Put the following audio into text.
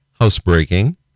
housebreaking